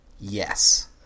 Yes